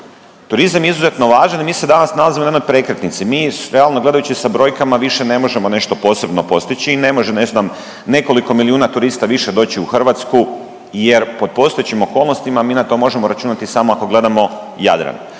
Turizam je izuzetno važan i mi se danas nalazimo na jednoj prekretnici, mi realno gledajući sa brojkama više ne možemo nešto posebno postići i ne može ne znam nekoliko milijuna turista više doći u Hrvatsku jer po postojećim okolnostima mi na to možemo računati samo ako gledamo Jadran.